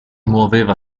muoveva